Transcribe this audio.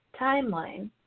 timeline